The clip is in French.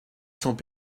cents